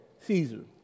Caesar